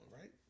right